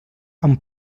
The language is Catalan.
amb